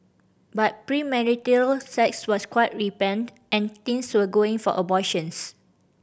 but premarital sex was quite rampant and teens were going for abortions